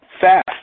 Fast